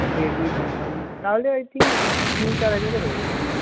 Redmi company তাহলে I think তিন চার হাজারে হয়ে যাবে